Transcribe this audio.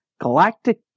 Galactic